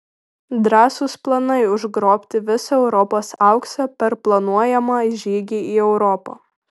drąsūs planai užgrobti visą europos auksą per planuojamą žygį į europą